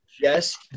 yes